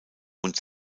und